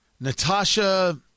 Natasha